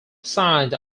signed